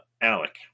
alec